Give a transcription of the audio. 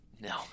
No